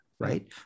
Right